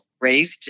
raised